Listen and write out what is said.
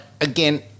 again